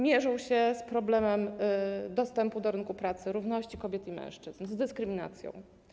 Mierzą się z problemami dostępu do rynku pracy, równości kobiet i mężczyzn, z dyskryminacją.